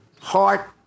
heart